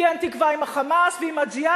כי אין תקווה עם ה"חמאס" ועם ה"ג'יהאד",